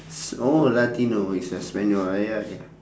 oh latino is espanyol ah ya ya